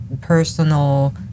personal